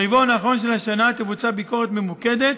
ברבעון האחרון של השנה תבוצע ביקורת ממוקדת,